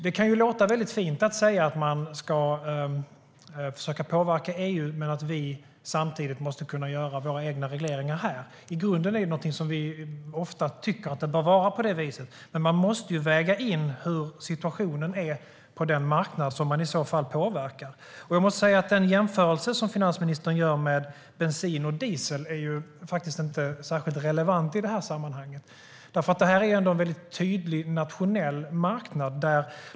Det kan låta fint att vi ska försöka påverka EU men att vi samtidigt måste kunna göra våra egna regleringar här. Vi tycker ofta att det bör vara på det viset i grunden. Men man måste väga in situationen på den marknad som man i så fall påverkar. Den jämförelse som finansministern gör med bensin och diesel är inte särskilt relevant i sammanhanget. Det är en tydlig nationell marknad.